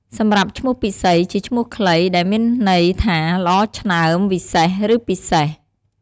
សម្រាប់ឈ្មោះពិសី ជាឈ្មោះខ្លី ដែលមានន័យថា ល្អឆ្នើម វិសេស ឬ ពិសេស។